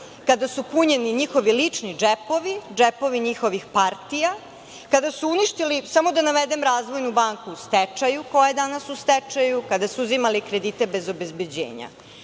kada su punjeni njihovi lični džepovi, džepovi njihovih partija, kada su uništili, samo da navedem Razvojnu banku u stečaju, koja je danas u stečaju, kada su uzimali kredite bez obezbeđenja.